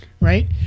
right